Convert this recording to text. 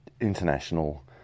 international